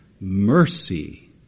mercy